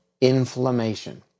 inflammation